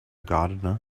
gardener